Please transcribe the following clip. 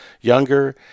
younger